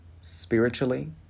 spiritually